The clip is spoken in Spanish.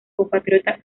compatriota